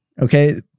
okay